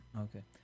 Okay